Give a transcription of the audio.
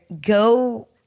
Go